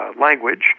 language